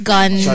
Gun